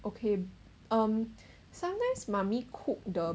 okay um sometimes mummy cook the